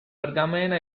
pergamena